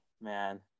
man